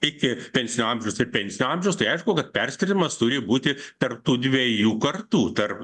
iki pensinio amžiaus ir pensinio amžiaus tai aišku kad perskyrimas turi būti tarp tų dviejų kartų tarp